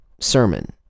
sermon